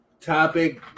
topic